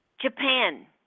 Japan